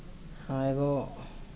ᱦᱳᱭ ᱜᱚ